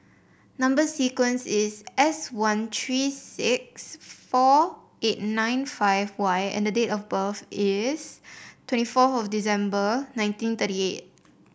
number sequence is S one three six four eight nine five Y and the date of birth is twenty four of December nineteen thirty eight